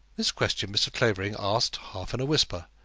this question mr. clavering asked half in a whisper,